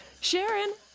Sharon